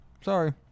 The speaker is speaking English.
Sorry